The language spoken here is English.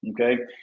Okay